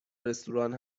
رستوران